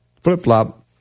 Flip-flop